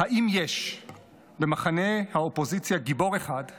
האם יש במחנה האופוזיציה גיבור אחד אמיתי,